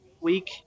week